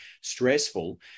stressful